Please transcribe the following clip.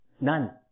None